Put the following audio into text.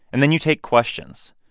and then you take questions.